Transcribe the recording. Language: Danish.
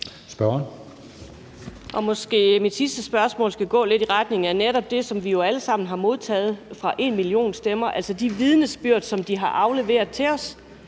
(V): Mit sidste spørgsmål skal gå lidt i retning af netop det, som vi jo alle sammen har modtaget fra #enmillionstemmer, altså de vidnesbyrd, som de har afleveret til os.